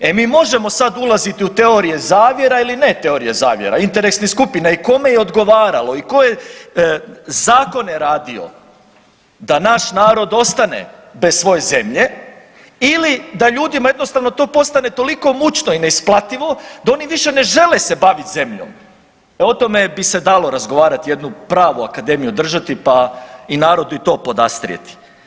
E mi možemo sad ulaziti u teorije zavjera ili ne teorije zavjera, interesnih skupina i kome je odgovaralo i ko je zakone radio da naš narod ostane bez svoje zemlje ili da ljudima jednostavno to postane toliko mučno i neisplativo da oni više se ne žele bavit zemljom, e o tome bi se dalo razgovarati, jednu pravu akademiju održati, pa i narodu i to podastrijeti.